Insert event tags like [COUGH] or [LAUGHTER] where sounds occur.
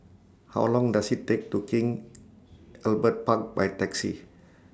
How Long Does IT Take to King [NOISE] Albert Park By Taxi